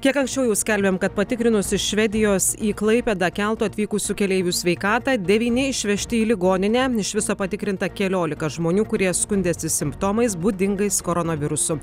kiek anksčiau jau skelbėm kad patikrinus iš švedijos į klaipėdą keltu atvykusių keleivių sveikatą devyni išvežti į ligoninę iš viso patikrinta keliolika žmonių kurie skundėsi simptomais būdingais koronavirusu